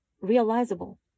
realizable